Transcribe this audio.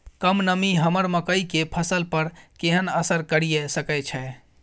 कम नमी हमर मकई के फसल पर केहन असर करिये सकै छै?